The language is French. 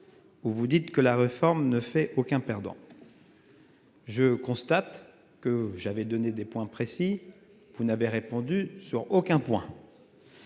Vous vous dites que la réforme ne fait aucun perdant. Je constate que j'avais donné des points précis. Vous n'avez répondu sur aucun point.